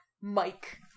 Mike